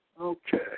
Okay